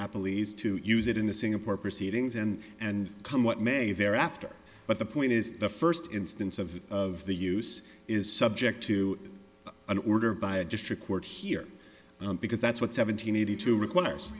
apple lease to use it in the singapore proceedings end and come what may thereafter but the point is the first instance of it of the use is subject to an order by a district court here because that's what seven hundred eighty two requires